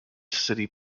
city